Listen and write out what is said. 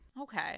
okay